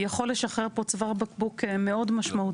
יכול לשחרר פה צוואר בקבוק מאוד משמעותי.